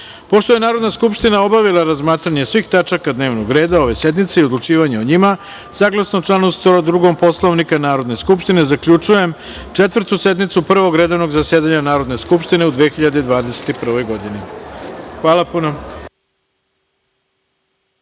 je Narodna skupština obavila razmatranje svih tačaka dnevnog reda ove sednice i odlučivanje o njima, saglasno članu 102. Poslovnika Narodne skupštine, zaključujem Četvrtu sednicu Prvog redovnog zasedanja Narodne skupštine u 2021. godini. Hvala puno.